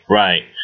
right